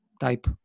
type